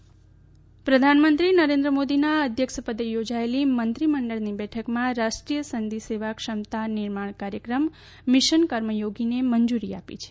cabinet પ્રધાનમંત્રી નરેન્દ્ર મોદીના અધ્યક્ષપદે યોજાયેલી મંત્રીમંડળની બેઠકમાં રાષ્ટ્રીય સનદી સેવા ક્ષમતા નિર્માણ કાર્યક્રમ મિશન કર્મયોગીને મંજુરી આપી છે